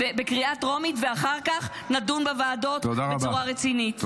ואחר כך נדון בוועדות בצורה רצינית.